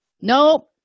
nope